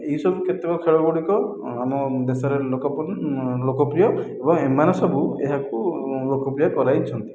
ଏହିସବୁ କ୍ଷେତ୍ର ଖେଳଗୁଡ଼ିକ ଆମ ଦେଶରେ ଲୋକ ଲୋକପ୍ରିୟ ଏବଂ ଏମାନେ ସବୁ ଏହାକୁ ଲୋକପ୍ରିୟ କରାଇଛନ୍ତି